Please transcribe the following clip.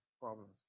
problems